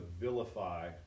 vilify